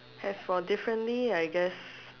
as for differently I guess